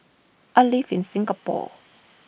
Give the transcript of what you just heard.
I live in Singapore